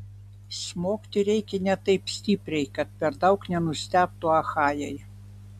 smogti reikia ne taip stipriai kad per daug nenustebtų achajai